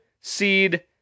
seed